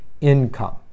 income